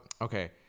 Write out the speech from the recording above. okay